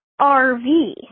RV